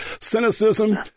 Cynicism